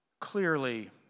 clearly